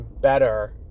better